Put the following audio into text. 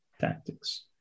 tactics